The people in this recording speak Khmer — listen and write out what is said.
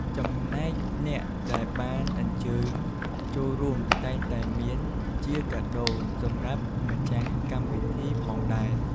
ចំណែកអ្នកដែលបានអញ្ជើញចូលរួមតែងតែមានជាកាដូរសម្រាប់ម្ចាស់កម្មវិធីផងដែរ។